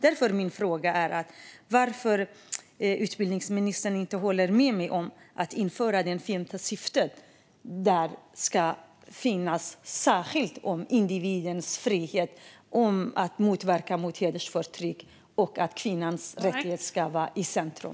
Jag vill därför fråga varför utbildningsministern inte håller med mig i fråga om att införa det femte syftet om individens frihet, om att motverka hedersförtryck och om att kvinnans rättigheter ska vara i centrum.